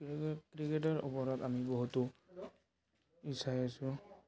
ক্ৰিকেটৰ ওপৰত আমি বহুতো যাই আছোঁ